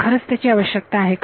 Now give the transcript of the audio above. खरच त्याची आवश्यकता आहे का